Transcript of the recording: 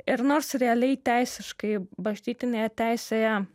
ir nors realiai teisiškai bažnytinėje teisėje